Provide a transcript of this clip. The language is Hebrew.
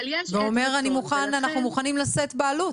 ואומר אנחנו מוכנים לשאת בעלות.